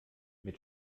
mit